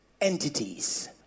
entities